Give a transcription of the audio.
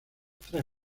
tres